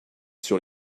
sur